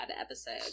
episode